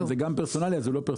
אם זה גם פרסונלי, אז זה לא פרסונלי.